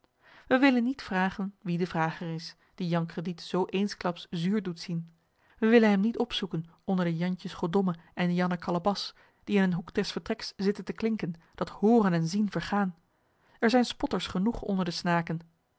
wij willen niet vragen wie de vrager is die jan crediet zoo eensklaps zuur doet zien wij willen hem niet opzoeken onder de jantjes goddome en jannen kalebas die in een hoek des vertreks zitten te klinken dat hooren en zien vergaan er zijn spotters genoeg onder de snaken